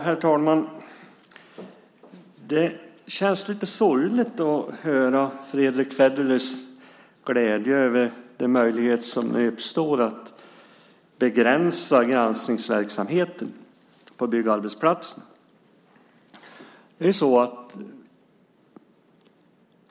Herr talman! Det känns lite sorgligt att höra Fredrick Federleys glädje över den möjlighet som nu uppstår att begränsa granskningsverksamheten på byggarbetsplatser.